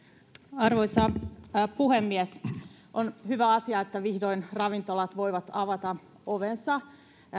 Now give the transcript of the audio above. arvoisa puhemies on hyvä asia että vihdoin ravintolat voivat avata ovensa